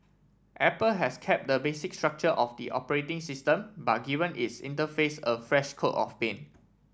Apple has kept the basic structure of the operating system but given its interface a fresh coat of paint